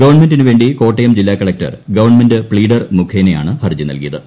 ഗവൺമെന്റിനു വേണ്ടി കോട്ടയം ജില്ലാ collector government pleader മുഖേനയാണ് ഹർജി നൽകിയത്